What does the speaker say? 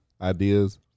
ideas